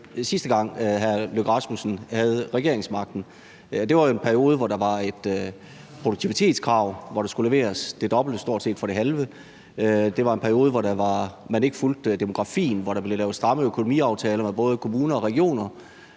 sidste gang hr. Lars Løkke Rasmussen havde regeringsmagten. Det var jo en periode, hvor der var et produktivitetskrav, hvor der stort set skulle leveres det dobbelte for det halve; det var en periode, hvor man ikke fulgte demografien, men hvor der blev lavet stramme økonomiaftaler med både kommuner og regioner;